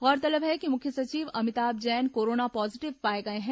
गौरतलब है कि मुख्य सचिव अमिताभ जैन कोरोना पॉजीटिव पाए गए हैं